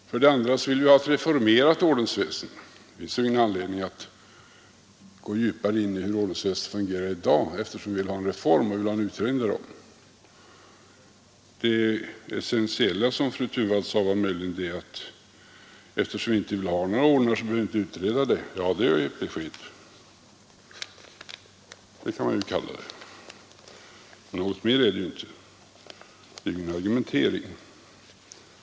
Vi vill ha ett reformerat ordensväsende. Det finns ingen anledning att gå djupare in på hur ordensväsendet fungerar i dag, eftersom vi vill ha en utredning om reform på detta område. Det essentiella som fru Thunvall sade var att eftersom vi inte vill ha några ordnar, så behöver vi inte utreda frågan. Det är ett besked. Någonting mer är det inte. Det är ingen argumentering.